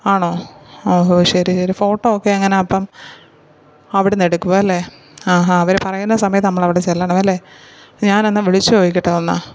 ആണോ ഓഹോ ശരി ശരി ഫോട്ടോ ഒക്കെ എങ്ങനെയാണ് അപ്പം അവിടെ എന്നെടുക്കുവാണ് അല്ലേ ആഹാ അവർ പറയുന്ന സമയത്ത് നമ്മൾ അവിടെ ചെല്ലണം അല്ലേ ഞാൻ ഒന്ന് വിളിച്ചു ചോദിക്കട്ടെ ഒന്ന്